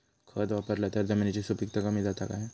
खत वापरला तर जमिनीची सुपीकता कमी जाता काय?